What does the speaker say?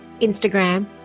Instagram